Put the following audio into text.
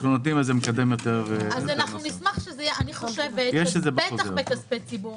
אנחנו נותנים מקדם- -- בטח בכספי ציבור